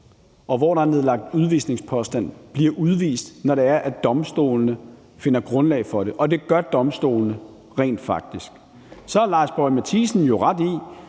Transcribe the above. og hvor der er nedlagt udvisningspåstand, bliver udvist, når domstolene finder grundlag for det, og det gør domstolene rent faktisk. Så har Lars Boje Mathiesen jo ret i,